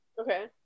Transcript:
Okay